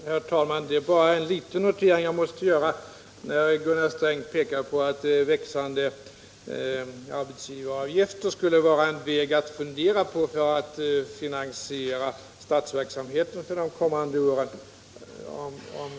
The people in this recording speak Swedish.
Herr talman! Jag måste göra en liten notering med anledning av att Gunnar Sträng pekar på att växande arbetsgivaravgifter skulle vara en väg att fundera på för att finansiera statsverksamheten för de kommande åren.